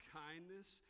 kindness